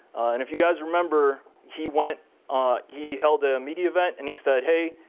and if you guys remember, he went he held a media event and he said, hey,